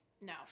No